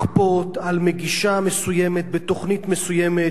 לכפות על מגישה מסוימת בתוכנית מסוימת,